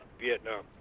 Vietnam